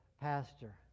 pastor